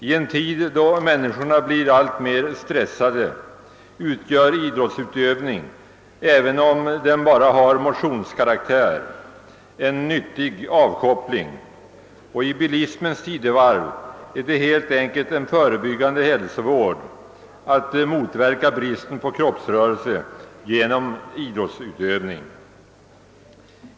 I en tid då människorna blir alltmer stressade utgör idrottsutövning, även om den bara har motionskaraktär, en nyttig avkoppling, och i bilismens tidevarv är det helt enkelt förebyggande hälsovård att motverka bristen på kroppsrörelse genom idrottsutövning.